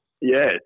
Yes